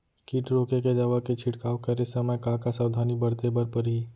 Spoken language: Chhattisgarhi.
किट रोके के दवा के छिड़काव करे समय, का का सावधानी बरते बर परही?